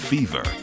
Fever